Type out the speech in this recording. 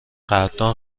قدردان